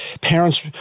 Parents